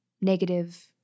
negative